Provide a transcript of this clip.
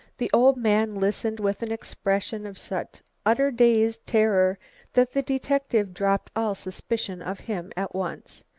the old man listened with an expression of such utter dazed terror that the detective dropped all suspicion of him at once.